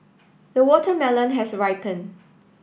the watermelon has ripened